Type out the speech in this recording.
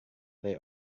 they